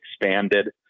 expanded